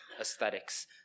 aesthetics